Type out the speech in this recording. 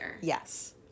Yes